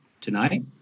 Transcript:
tonight